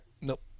Nope